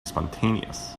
spontaneous